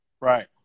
right